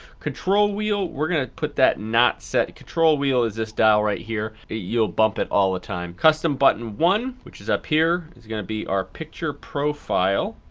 control wheel, we're gonna put that not set. the control wheel is this dial right here. ah you'll bump it all the time. custom button one, which is up here is gonna be our picture profile.